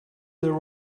their